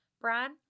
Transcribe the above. Brad